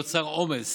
נוצר עומס